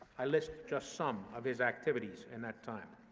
i list just some of his activities in that time.